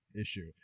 issue